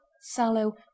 sallow